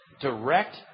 direct